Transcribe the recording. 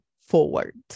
forward